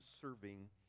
serving